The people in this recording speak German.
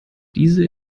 diese